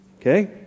okay